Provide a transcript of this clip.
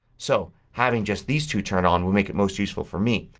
so having just these two turned on would make it most useful for me.